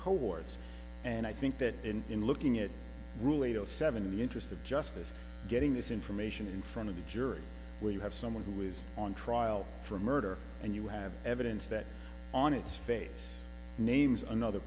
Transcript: cohorts and i think that in looking at rule eight zero seven in the interest of justice getting this information in front of the jury where you have someone who is on trial for murder and you have evidence that on its face names another